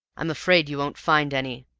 i'm afraid you won't find any,